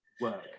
work